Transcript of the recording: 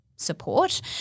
support